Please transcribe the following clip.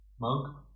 Monk